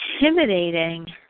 Intimidating